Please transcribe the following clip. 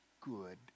good